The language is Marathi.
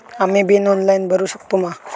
आम्ही बिल ऑनलाइन भरुक शकतू मा?